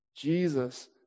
jesus